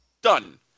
Done